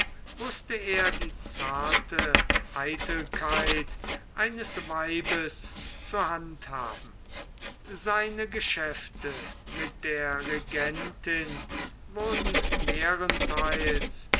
wußte er die zarte eitelkeit eines weibes zu handhaben seine geschäfte mit der regentin wurden